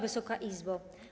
Wysoka Izbo!